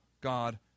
God